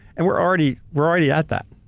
and we're already we're already at that.